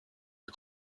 der